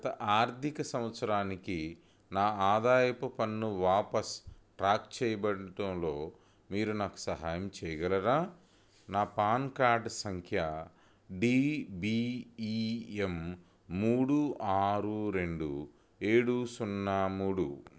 గత ఆర్థిక సంవత్సరానికి నా ఆదాయపు పన్ను వాపసు ట్రాక్ చేయబడటంలో మీరు నాకు సహాయం చేయగలరా నా పాన్ కార్డు సంఖ్య డీబిఇఎం మూడు ఆరు రెండు ఏడు సున్న మూడు